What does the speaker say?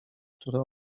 które